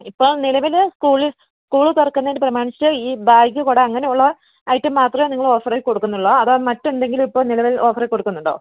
ഇപ്പോൾ നിലവിൽ school school തുറക്കുന്നത് പ്രമാണിച്ച് ഈ ബാഗ് കുട അങ്ങനെ ഉള്ള ഐറ്റം മാത്രമേ നിങ്ങൾ ഓഫറിൽ കൊടുക്കുന്നുള്ളോ അതോ മറ്റെന്തെങ്കിലും ഇപ്പോൾ നിലവിൽ ഓഫറിൽ കൊടുക്കുന്നുണ്ടോ